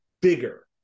bigger